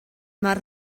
mor